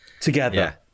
together